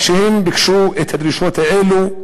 והם ביקשו את הדרישות האלה.